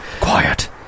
quiet